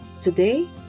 Today